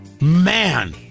man